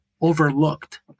overlooked